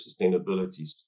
sustainability